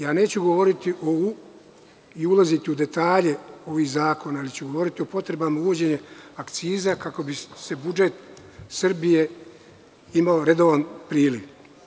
Ja neću govoriti i ulaziti u detalje ovih zakona, ali ću govoriti o potrebama uvođenja akciza, kako bi budžet Srbije imao redovan priliv.